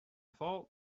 fault